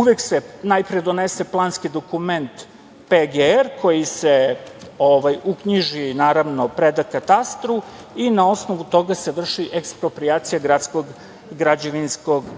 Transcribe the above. Uvek se najpre donese planski dokument PGR koji se uknjiži, naravno preda katastru, i na osnovu toga se vrši eksproprijacija gradskog građevinskog